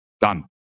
Done